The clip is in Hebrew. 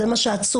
זה מה שעצוב,